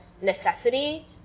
necessity